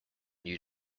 new